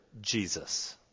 Jesus